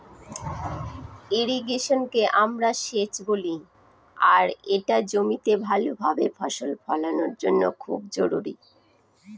ইর্রিগেশনকে আমরা সেচ বলি আর এটা জমিতে ভাল ভাবে ফসল ফলানোর জন্য খুব জরুরি